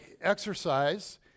exercise